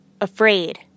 Afraid